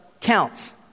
counts